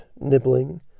nibbling